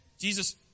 Jesus